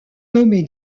nommé